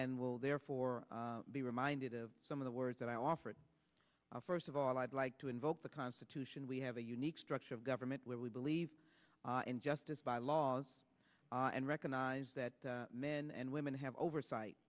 and will therefore be reminded of some of the words that i offered first of all i'd like to invoke the constitution we have a unique structure of government where we believe in justice by laws and recognize that men and women have oversight